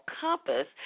Compass